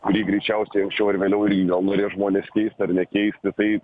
kurį greičiausiai anksčiau ar vėliau irgi gal norės žmonės keisti ar nekeisti tai